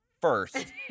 first